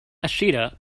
ashita